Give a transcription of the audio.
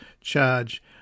charge